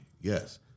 Yes